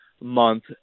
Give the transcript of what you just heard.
month